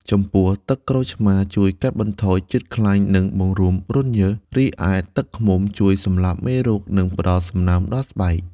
ចំពោះ ទឹកក្រូចឆ្មារជួយកាត់បន្ថយជាតិខ្លាញ់ និងបង្រួមរន្ធញើស រីឯទឹកឃ្មុំជួយសម្លាប់មេរោគ និងផ្ដល់សំណើមដល់ស្បែក។